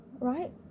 Right